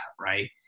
right